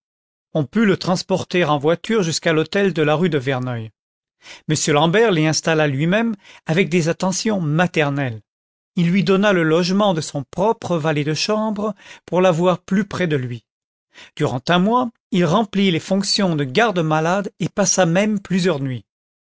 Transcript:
on put le transporter en voiture jusqu'à l'hôtel de la rue de verneuil m l'ambert l'y installa lui-même avec des attentions maternelles il lui donna le logement de son propre valet de chambre pour l'avoir plus près de lui durant un mois il remplit les fonctions de garde-malade et passa même plusieurs nuits